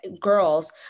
girls